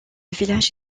village